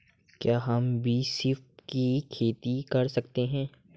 क्या हम भी सीप की खेती कर सकते हैं?